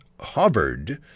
hovered